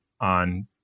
on